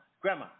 grandma